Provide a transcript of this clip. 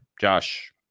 Josh